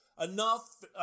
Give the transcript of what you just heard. Enough